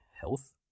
health